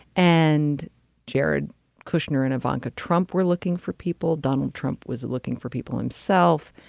and jared kushner and ivana trump. we're looking for people. donald trump was looking for people himself,